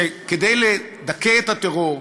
שכדי לדכא את הטרור,